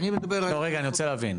אני מדבר על --- לא, רגע, אני רוצה להבין.